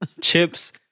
chips